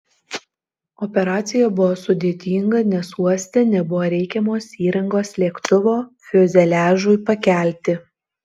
operacija buvo sudėtinga nes uoste nebuvo reikiamos įrangos lėktuvo fiuzeliažui pakelti